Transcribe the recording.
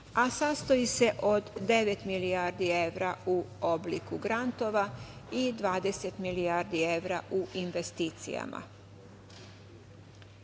a sastoji se od devet milijardi evra u obliku grantova i 20 milijardi evra u investicijama. Što